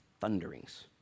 thunderings